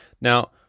Now